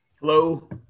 hello